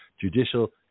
judicial